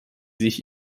sich